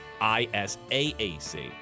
I-S-A-A-C